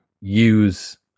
use